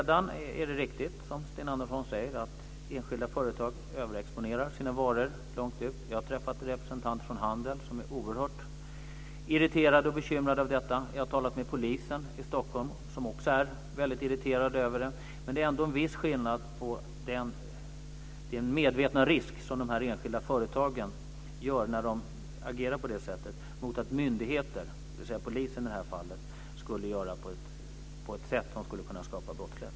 Det är riktigt som Sten Andersson säger att enskilda företag överexponerar sina varor. Jag har träffat representanter från handeln som är oerhört irriterade och bekymrade över detta. Jag har även talat med polisen i Stockholm som också är irriterade. Men det är en viss skillnad på den medvetna risk som de enskilda företagen tar när de agerar så mot att myndigheter, dvs. i det här fallet polisen, skulle göra detta på ett sätt som skapar brottslighet.